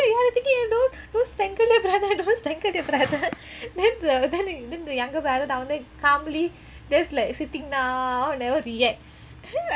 I was thinking don't strangle your brother don't strangle your brother then the then the younger brother down there calmly just like sitting down never react